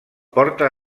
porta